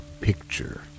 Picture